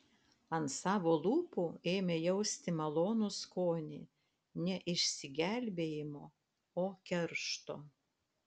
ant savo lūpų ėmė jausti malonų skonį ne išsigelbėjimo o keršto